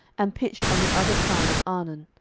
and pitched on the other side of arnon,